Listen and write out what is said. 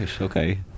okay